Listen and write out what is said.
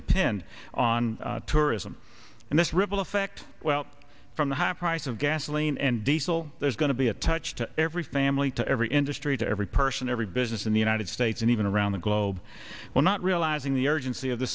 depend on tourism and this ripple effect well from the high price of gasoline and diesel there's going to be a touch to every family to every industry to every person every business in the united states and even around the globe we're not realizing the urgency of the